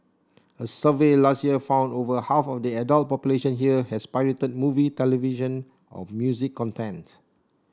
a survey last year found over half of the adult population here has pirated movie television or music content